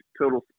Total